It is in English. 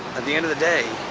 at the end of the day,